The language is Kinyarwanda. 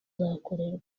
zakorewe